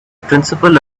principle